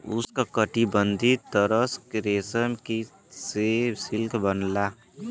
उष्णकटिबंधीय तसर रेशम कीट से सिल्क बनला